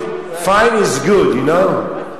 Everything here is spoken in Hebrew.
fine is good, you know?.